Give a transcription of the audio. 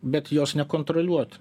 bet jos nekontroliuot